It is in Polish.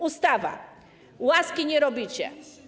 Ustawa - łaski nie robicie.